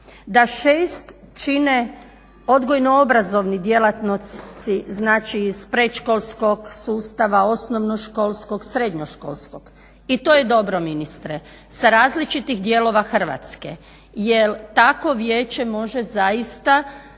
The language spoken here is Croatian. da 6 čine odgojno-obrazovni djelatnici znači iz predškolskog sustava, osnovno-školskog, srednjoškolskog i to je dobro ministre sa različitih dijelova Hrvatske. Jer tako vijeće može zaista